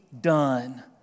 done